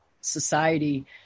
society